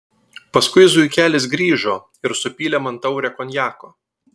paskui zuikelis grįžo ir supylė man taurę konjako